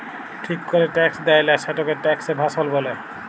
ঠিক ক্যরে ট্যাক্স দেয়লা, সেটকে ট্যাক্স এভাসল ব্যলে